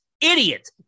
idiot